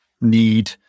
need